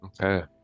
Okay